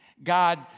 God